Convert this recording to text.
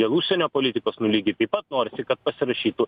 dėl užsienio politikos lygiai taip pat norisi kad pasirašytų